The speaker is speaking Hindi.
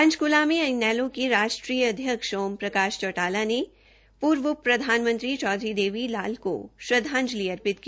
पंचकृला में इनेलो के राष्ट्रीय अध्यक्ष ओम प्रकाश चौटाला ने पूर्व उप प्रधानमंत्री चौधरी देवी लाल को श्रद्वांजलि अर्पित की